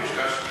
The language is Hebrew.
קישקשתא.